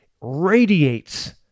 radiates